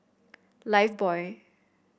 lifebuoy